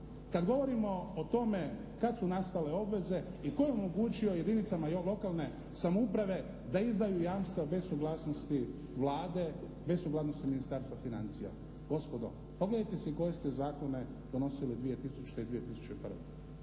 kad govorimo o tome kad su nastale obveze i tko je omogućio jedinicama lokalne samouprave da izdaju jamstva bez suglasnosti Vlade, bez suglasnosti Ministarstva financija. Gospodo, pogledajte si koje ste zakone donosili 2000. i 2001.